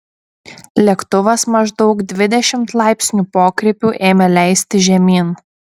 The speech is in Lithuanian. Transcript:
lėktuvas maždaug dvidešimt laipsnių pokrypiu ėmė leistis žemyn